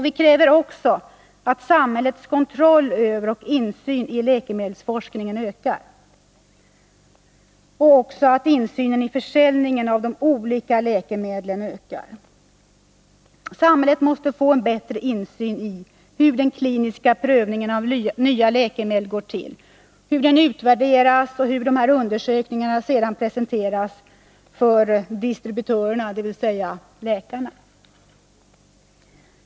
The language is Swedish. Vi kräver också att samhällets kontroll över och insyn i läkemedelsforskningen ökar och att insynen i försäljningen av de olika läkemedlen ökar. Samhället måste få bättre insyn i hur den kliniska prövningen av nya läkemedel går till, hur den utvärderas och hur dessa undersökningar sedan presenteras för distributörerna, dvs. läkarna.